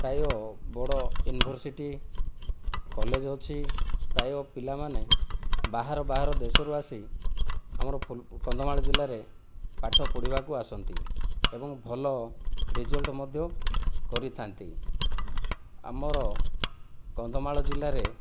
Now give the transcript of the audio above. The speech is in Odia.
ପ୍ରାୟ ବଡ଼ ୟୁନିଭର୍ସିଟି କଲେଜ ଅଛି ପ୍ରାୟ ପିଲାମାନେ ବାହାର ବାହାର ଦେଶରୁ ଆସି ଆମର କନ୍ଧମାଳ ଜିଲ୍ଲାରେ ପାଠ ପଢ଼ିବାକୁ ଆସନ୍ତି ଏବଂ ଭଲ ରେଜଲ୍ଟ ମଧ୍ୟ କରିଥାନ୍ତି ଆମର କନ୍ଧମାଳ ଜିଲ୍ଲାରେ